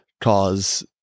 cause